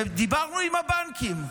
ודיברנו עם הבנקים,